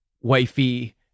wifey